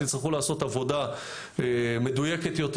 תצטרכו לעשות עבודה מדויקת יותר.